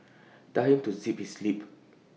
tell him to zip his lip